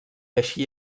així